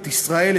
את ישראל,